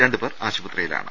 രണ്ടുപേർ ആശുപത്രിയിലാണ്